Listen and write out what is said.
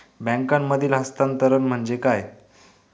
बँकांमधील हस्तांतरण म्हणजे काय?